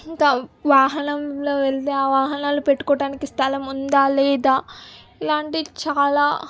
ఇంకా వాహనంలో వెళితే ఆ వాహనాలను పెట్టుకోవటానికి స్థలం ఉందా లేదా ఇలాంటి చాలా